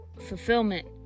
fulfillment